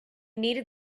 needed